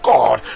God